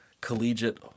collegiate